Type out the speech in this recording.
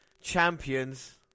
champions